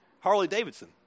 Harley-Davidson